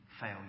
fail